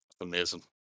Amazing